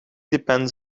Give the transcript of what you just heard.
depends